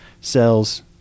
cells